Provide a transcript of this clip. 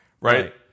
right